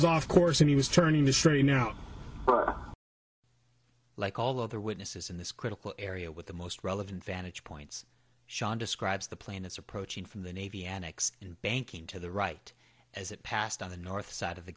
was off course and he was turning this train out like all other witnesses in this critical area with the most relevant vantage points sean describes the plane as approaching from the navy annex in banking to the right as it passed on the north side of the